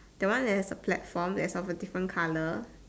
that one that has a platform that is of a different colour